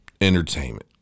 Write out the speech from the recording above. entertainment